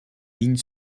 ligne